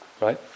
right